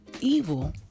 evil